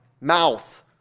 mouth